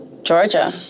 Georgia